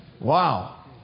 Wow